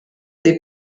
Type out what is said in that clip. des